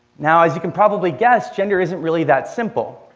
now, as you can probably guess, gender isn't really that simple.